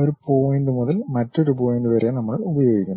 ഒരു പോയിന്റ് മുതൽ മറ്റൊരു പോയിന്റ് വരെ നമ്മൾ ഉപയോഗിക്കുന്നു